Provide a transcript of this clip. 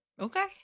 Okay